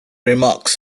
remarks